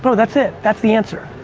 but that's it. that's the answer.